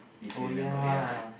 if you remember ya